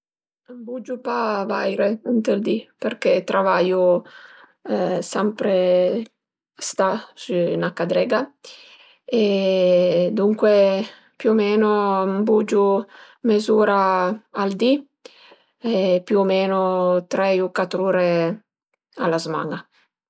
Më bugiu pa vaire ënt ël di perché travaiu sampre sta sü üna cadrega e duncue più o menu m'bugiu mez'ura al di e più o menu trei u cuat ure a la zman-a